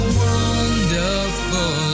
wonderful